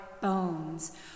bones